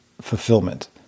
fulfillment